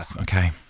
Okay